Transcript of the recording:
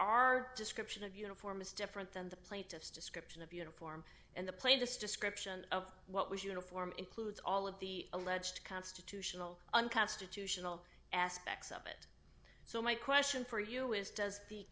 are description of uniform is different than the plaintiff's description of uniform and the play this description of what was uniform includes all of the alleged constitutional unconstitutional aspects of it so my question for you is does the